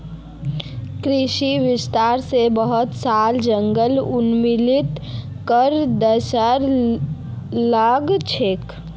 कृषि विस्तार स बहुत सारा जंगल उन्मूलित करे दयाल गेल छेक